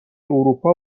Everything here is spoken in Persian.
اروپا